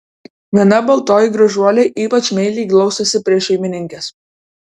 viena baltoji gražuolė ypač meiliai glaustėsi prie šeimininkės